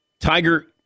Tiger